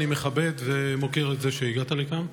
אני מכבד ומוקיר את זה שהגעת לכאן.